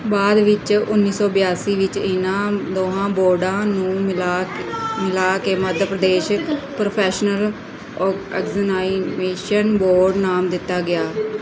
ਬਾਅਦ ਵਿੱਚ ਉੱਨੀ ਸੌ ਬਿਆਸੀ ਵਿੱਚ ਇਨ੍ਹਾਂ ਦੋਹਾਂ ਬੋਰਡਾਂ ਨੂੰ ਮਿਲਾ ਕੇ ਮਿਲਾ ਕੇ ਮੱਧ ਪ੍ਰਦੇਸ਼ ਪ੍ਰੋਫੈਸ਼ਨਲ ਓ ਐਗਜ਼ਾਮੀਨੇਸ਼ਨ ਬੋਰਡ ਨਾਮ ਦਿੱਤਾ ਗਿਆ